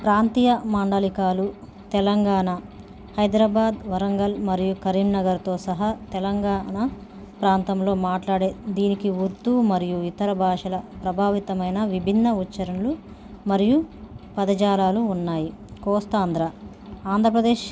ప్రాంతీయ మాండలికాలు తెలంగాణ హైదరాబాద్ వరంగల్ మరియు కరీంనగర్తో సహా తెలంగాణ ప్రాంతంలో మాట్లాడే దీనికి ఉర్దూ మరియు ఇతర భాషల ప్రభావితమైన విభిన్న ఉచ్చరణలు మరియు పదజాలాలు ఉన్నాయి కోస్తాంధ్ర ఆంధ్రప్రదేశ్